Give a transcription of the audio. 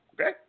Okay